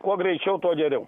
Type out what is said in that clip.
kuo greičiau tuo geriau